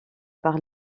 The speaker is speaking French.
par